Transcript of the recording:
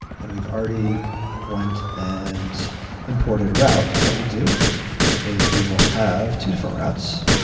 and we've already went and imported route, what we'll do is we will have two different routes.